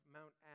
Mount